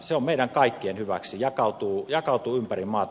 se on meidän kaikkien hyväksi jakautuu ympäri maata